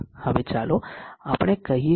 હવે ચાલો આપણે કહીએ કે જો આપણે 0